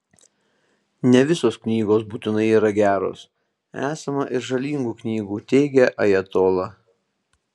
ne visos knygos būtinai yra geros esama ir žalingų knygų teigė ajatola